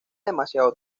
demasiado